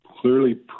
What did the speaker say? clearly